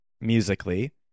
musically